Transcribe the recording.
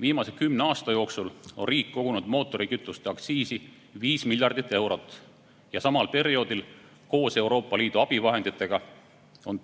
Viimase kümne aasta jooksul on riik kogunud mootorikütuste aktsiisi 5 miljardit eurot. Ja samal perioodil on koos Euroopa Liidu abivahenditega